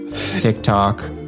tiktok